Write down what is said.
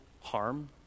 harm